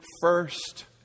first